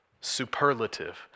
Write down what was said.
superlative